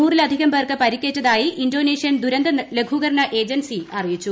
നൂറിലധികം പേർക്ക് പരിക്കേറ്റതായി ഇന്തോനേഷ്യൻ ദുരന്ത ലിപ്പൂക്രണ ഏജൻസി അറിയിച്ചു